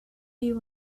you